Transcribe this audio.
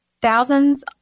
thousands